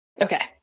Okay